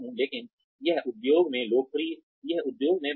लेकिन यह उद्योग में बहुत लोकप्रिय है